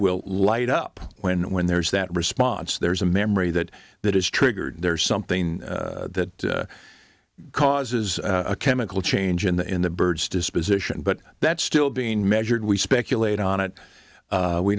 will light up when when there's that response there's a memory that that is triggered there something that causes a chemical change in the in the bird's disposition but that's still being measured we speculate on it